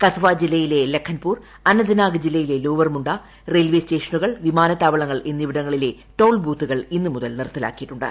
കതുവ ജില്ലയിലെ ലഖൻപൂർ അനന്ത്നാഗ് ജില്ലയിലെ ലോവർമുണ്ട റെയിൽവേ സ്റ്റേഷനുകൾ വിമാനത്താവളങ്ങൾ എന്നിവിടങ്ങളിലെ ടോൾ ബൂത്തുകൾ ഇന്ന് മുതൽ നിർത്തലാക്കിയിട്ടുണ്ട്